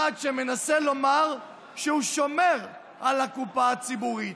אחד שמנסה לומר שהוא שומר על הקופה הציבורית.